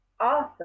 Awesome